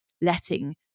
letting